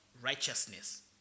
righteousness